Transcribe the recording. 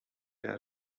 der